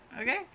okay